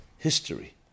history